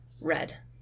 red